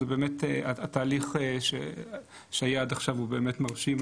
באמת התהליך שהיה עד עכשיו הוא באמת מרשים,